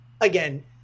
again